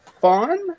fun